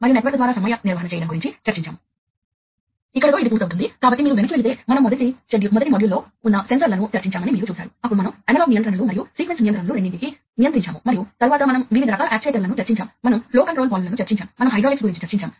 మరోవైపు మీకు నెట్వర్క్ ఉంటే మీరు ఏమి చేస్తారు అంటే మీరు దీన్ని కనెక్ట్ చేస్తారు దీన్నినెట్వర్క్ లోని సమీప బిందువుకు కనెక్ట్ చేయండి